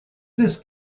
this